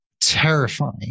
terrifying